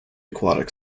aquatic